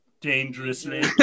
Dangerously